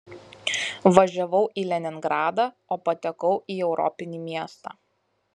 važiavau į leningradą o patekau į europinį miestą